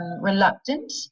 reluctant